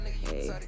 hey